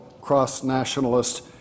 cross-nationalist